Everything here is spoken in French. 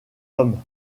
homme